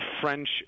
French